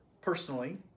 personally